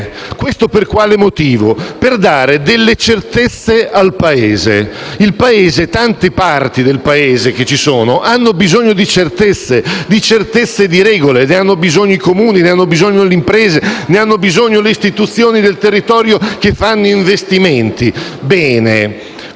anno per anno, le proroghe per dare certezze al Paese. Le tanti parti del Paese hanno bisogno di certezze, di certezza delle regole. Ne hanno bisogno i Comuni, ne hanno bisogno le imprese, ne hanno bisogno le istituzioni del territorio che fanno investimenti. Bene,